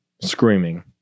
screaming